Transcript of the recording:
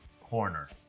corner